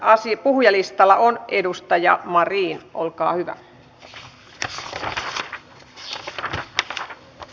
asi puhujalistalla on edustaja mariin olkaa hyvä tästä selvitään ja